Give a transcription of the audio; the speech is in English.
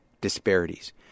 disparities